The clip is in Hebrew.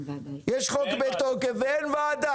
יש חוק בתוקף ואין וועדה.